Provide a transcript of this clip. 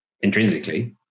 intrinsically